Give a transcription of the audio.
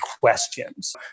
questions